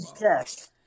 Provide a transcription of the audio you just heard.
yes